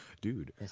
dude